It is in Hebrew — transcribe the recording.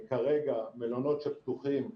כרגע, מלונות שפתוחים,